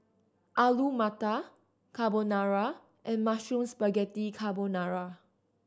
Alu Matar Carbonara and Mushroom Spaghetti Carbonara